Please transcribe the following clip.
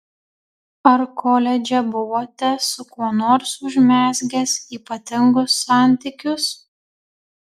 ar koledže buvote su kuo nors užmezgęs ypatingus santykius